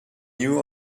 new